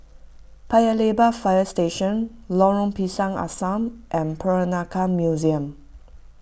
Paya Lebar Fire Station Lorong Pisang Asam and Peranakan Museum